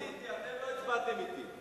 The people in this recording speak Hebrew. אני רציתי, אתם לא הצבעתם אתי.